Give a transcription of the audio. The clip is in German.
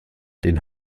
den